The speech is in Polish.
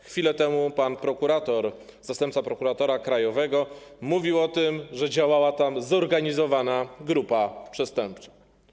Chwilę temu pan prokurator, zastępca prokuratora krajowego mówił o tym, że działa tam zorganizowana grupa przestępcza.